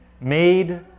made